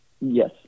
Yes